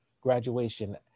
graduation